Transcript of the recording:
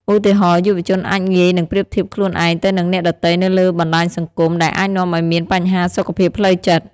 ឧទាហរណ៍ យុវជនអាចងាយនឹងប្រៀបធៀបខ្លួនឯងទៅនឹងអ្នកដទៃនៅលើបណ្តាញសង្គម ដែលអាចនាំឱ្យមានបញ្ហាសុខភាពផ្លូវចិត្ត។